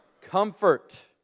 comfort